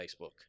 Facebook